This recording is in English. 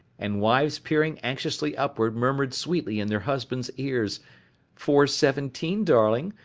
and wives peering anxiously upward murmured sweetly in their husbands' ears four seventeen, darling,